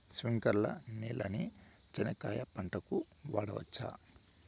స్ప్రింక్లర్లు నీళ్ళని చెనక్కాయ పంట కు వాడవచ్చా?